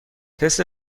تست